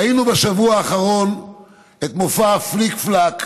ראינו בשבוע האחרון את מופע הפליק-פלאק